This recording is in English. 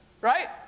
Right